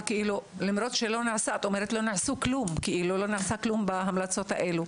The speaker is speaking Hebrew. את אומרת שלא נעשה כלום עם ההמלצות האלה.